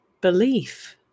belief